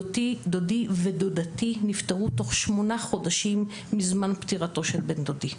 דודי ודודתי נפטרו תוך שמונה חודשים מזמן פטירתו של בן דודי,